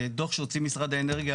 דוח שהוציא משרד האנרגיה,